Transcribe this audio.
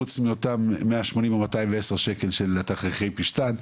חוץ מאותם 180 או 210 שקלים לתכריכי פשתן.